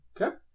Okay